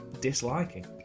disliking